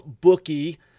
bookie